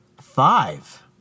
five